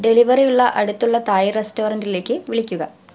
ഡെലിവറിയുള്ള അടുത്തുള്ള തായ് റെസ്റ്റോറൻ്റിലേക്ക് വിളിക്കുക